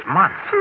months